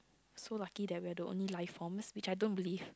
so lucky that we are the only life forms which I don't believe